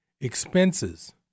Expenses